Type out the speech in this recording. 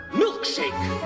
milkshake